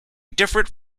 different